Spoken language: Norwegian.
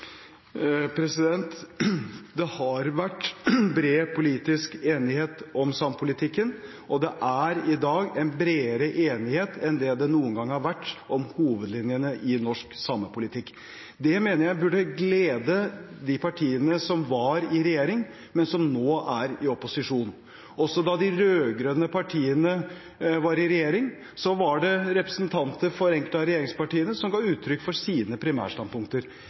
Det har vært bred politisk enighet om samepolitikken, og det er i dag en bredere enighet enn det noen gang har vært om hovedlinjene i norsk samepolitikk. Det burde glede de partiene som var i regjering, men som nå er i opposisjon. Også da de rød-grønne partiene var i regjering, så var det representanter fra enkelte av regjeringspartiene som ga uttrykk for sine primærstandpunkter.